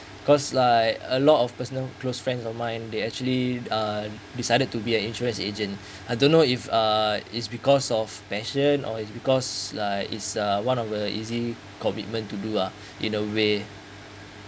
cause like a lot of personal close friends of mine they actually uh decided to be an insurance agent I don't know if uh is because of passion or it's because like is uh one of the easy commitment to do uh in a way